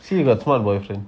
see you got smart boyfriend